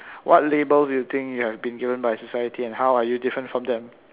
what labels do you think you have been given by society and how are you different from them